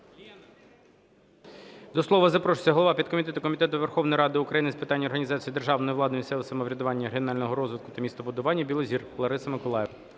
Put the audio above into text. До слова запрошується голова підкомітету Комітету Верховної Ради України з питань організації державної влади, місцевого самоврядування, регіонального розвитку та містобудування Білозір Лариса Миколаївна.